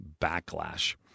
backlash